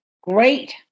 great